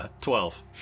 Twelve